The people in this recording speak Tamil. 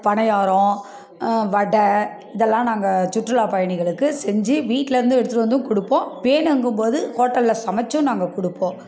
பணியாரம் வடை இதெல்லாம் நாங்கள் சுற்றுலா பயணிகளுக்கு செஞ்சு வீட்லருந்து எடுத்துகிட்டு வந்தும் கொடுப்போம் வேணுங்கும்போது ஹோட்டலில் சமைச்சும் நாங்கள் கொடுப்போம்